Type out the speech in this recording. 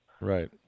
Right